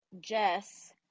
Jess